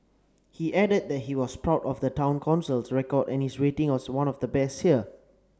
he added that he was proud of the Town Council's record and its rating as one of the best here